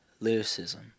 lyricism